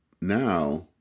now